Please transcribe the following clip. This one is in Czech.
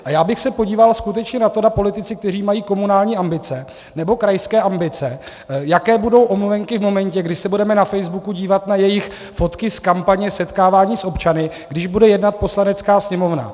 A já bych se podíval skutečně na to, zda politici, kteří mají komunální ambice nebo krajské ambice, jaké budou omluvenky v momentě, kdy se budeme na facebooku dívat na jejich fotky z kampaně setkávání s občany, když bude jednat Poslanecká sněmovna.